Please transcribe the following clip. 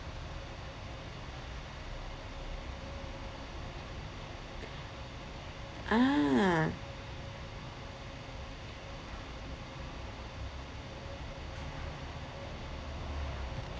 ah